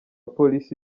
police